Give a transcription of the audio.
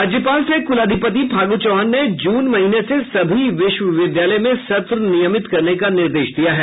राज्यपाल सह कुलाधिपति फागू चौहान ने जून महीने से सभी विश्वविद्यालय में सत्र नियमित करने का निर्देश दिया है